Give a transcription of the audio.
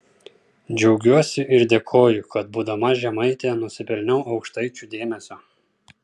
džiaugiuosi ir dėkoju kad būdama žemaitė nusipelniau aukštaičių dėmesio